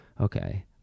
okay